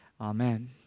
Amen